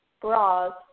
bras